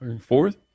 Fourth